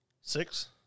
Six